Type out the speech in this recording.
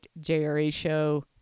jrashow